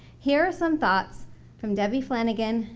here are some thoughts from debbie flanagan,